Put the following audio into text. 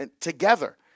together